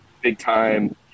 big-time –